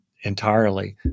entirely